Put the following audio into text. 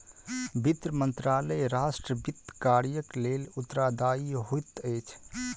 वित्त मंत्रालय राष्ट्र वित्त कार्यक लेल उत्तरदायी होइत अछि